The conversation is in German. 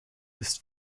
ist